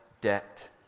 debt